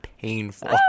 painful